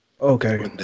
Okay